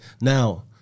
Now